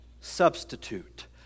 substitute